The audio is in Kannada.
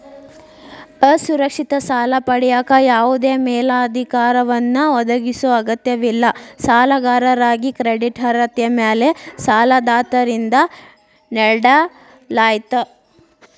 ಅಸುರಕ್ಷಿತ ಸಾಲ ಪಡೆಯಕ ಯಾವದೇ ಮೇಲಾಧಾರವನ್ನ ಒದಗಿಸೊ ಅಗತ್ಯವಿಲ್ಲ ಸಾಲಗಾರಾಗಿ ಕ್ರೆಡಿಟ್ ಅರ್ಹತೆ ಮ್ಯಾಲೆ ಸಾಲದಾತರಿಂದ ನೇಡಲಾಗ್ತ